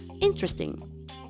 interesting